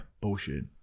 bullshit